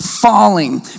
falling